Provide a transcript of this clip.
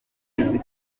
zifite